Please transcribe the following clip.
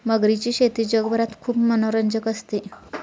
मगरीची शेती जगभरात खूप मनोरंजक असते